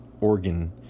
organ